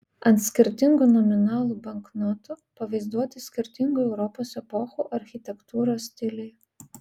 ant skirtingų nominalų banknotų pavaizduoti skirtingų europos epochų architektūros stiliai